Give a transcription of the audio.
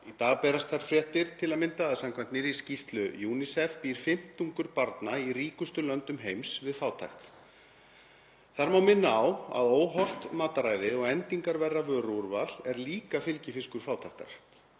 Í dag berast þær fréttir til að mynda að samkvæmt nýrri skýrslu UNICEF búi fimmtungur barna í ríkustu löndum heims við fátækt. Þar má minna á að óhollt mataræði og endingarverra vöruúrval er líka fylgifiskur fátæktar.